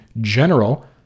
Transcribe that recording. general